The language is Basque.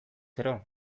gero